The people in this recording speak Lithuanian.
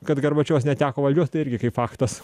kad gorbačiovas neteko valdžios tai irgi kaip faktas